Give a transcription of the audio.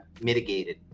mitigated